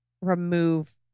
remove